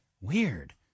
Weird